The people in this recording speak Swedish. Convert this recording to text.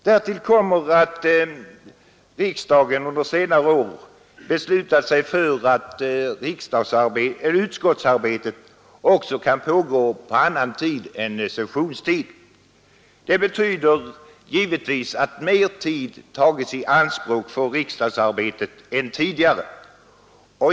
Därtill kommer att riksdagen under senare år beslutat sig för att utskottsarbetet också kan pågå på annan tid än under sessionstid. Det betyder givetvis att mer tid tagits i anspråk för riksdagsarbetet än tidigare.